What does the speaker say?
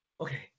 Okay